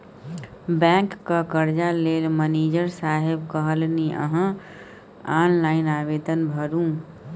बैंकक कर्जा लेल मनिजर साहेब कहलनि अहॅँ ऑनलाइन आवेदन भरू